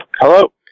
Hello